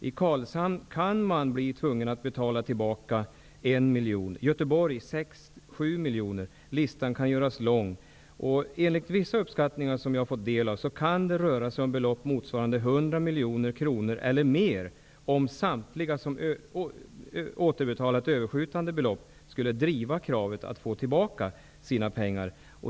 I Karlshamn kan de bli tvungna att betala tillbaka en miljon och i Göteborg sex sju miljoner. Listan kan göras lång. Enligt vissa uppskattningar som jag har fått ta del av kan det röra sig om belopp på 100 miljoner kronor eller mer om samtliga som återbetalat överskjutande belopp skulle driva kravet att få tillbaka sina pengar.